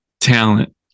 talent